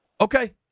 Okay